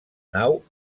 nau